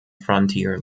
frontier